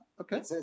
okay